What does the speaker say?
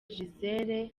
gisele